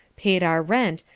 paid our rent,